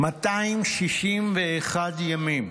261 ימים.